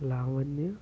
Lavanya